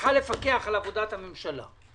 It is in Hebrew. שצריכה לפקח על עבודת הממשלה.